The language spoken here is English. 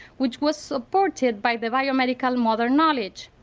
which was supported by the biomedical modern knowledge.